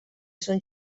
són